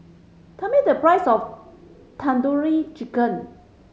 tell me the price of Tandoori Chicken